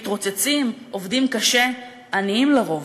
מתרוצצים, עובדים קשה, עניים לרוב.